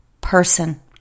person